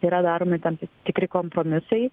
yra daromi tam tikri kompromisai